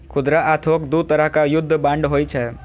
खुदरा आ थोक दू तरहक युद्ध बांड होइ छै